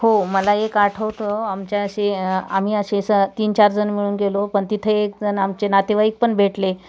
हो मला एक आठवतं आमच्या अशीे आम्ही असे तीन चार जण मिळून गेलो पण तिथे एक जण आमचे नातेवाईक पण भेटले